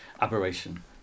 aberration